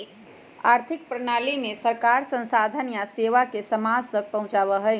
आर्थिक प्रणाली में सरकार संसाधन या सेवा के समाज तक पहुंचावा हई